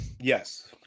Yes